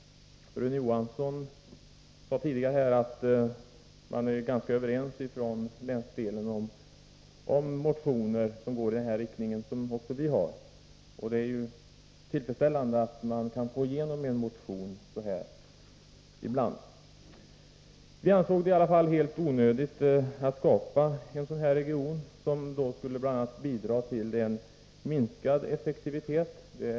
Rune Johansson sade tidigare här att man inom länsdelen är ganska överens om vår motion. Det är tillfredsställande att man ibland kan få igenom en motion. Vi ansåg det i alla fall helt onödigt att skapa en sådan region, som dessutom skulle bidra till en minskning av effektiviteten.